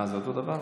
אה, זה אותו דבר?